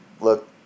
look